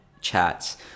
chats